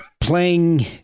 playing